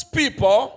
people